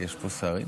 יש פה שרים?